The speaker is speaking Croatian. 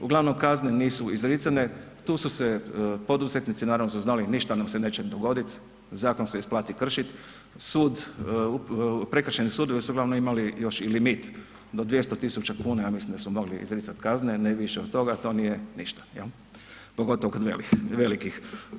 Uglavnom kazne nisu izricane, tu su se poduzetnici naravno su znali ništa nam se neće dogoditi, zakon se isplati kršit, sud, prekršajni sudovi su uglavnom imali još i limit do 200.000 kuna ja mislim da su mogli izricati kazne, ne više od toga, to nije ništa pogotovo kod velikih.